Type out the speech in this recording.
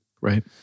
Right